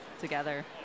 together